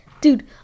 Dude